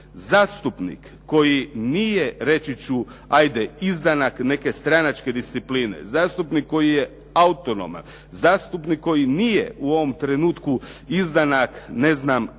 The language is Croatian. Zastupnik koji nije reći ću ajde izdanak neke stranačke discipline, zastupnik koji je autonoman, zastupnik koji nije u ovom trenutku izdanak kapitala,